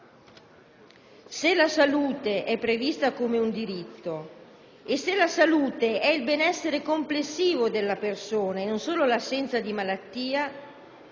Se la salute è prevista come un diritto e se la salute è considerata il benessere complessivo della persona e non solo l'assenza di malattia,